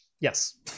Yes